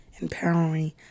empowering